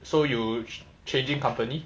so you changing company